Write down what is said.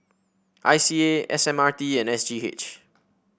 I C A S M R T and S G H